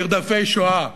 נרדפי השואה,